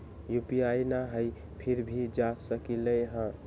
UPI न हई फिर भी जा सकलई ह?